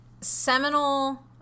seminal